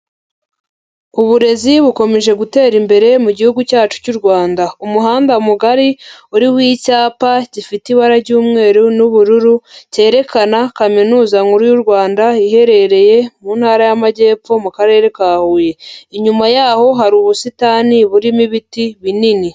Uburezi bukomeje gutera imbere mu gihugu cyacu cy'u Rwanda. Umuhanda mugari uriho icyapa gifite ibara ry'umweru n'ubururu, cyerekana kaminuza nkuru y'u Rwanda iherereye mu ntara y'Amajyepfo mu karere ka Huye. Inyuma yaho hari ubusitani burimo ibiti binini.